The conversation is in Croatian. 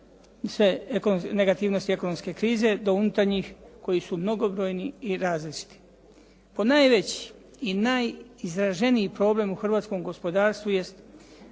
negativnosti ekonomske krize do unutarnjih koji su mnogobrojni i različiti. Po najveći i najizraženiji problem u hrvatskom gospodarstvu jest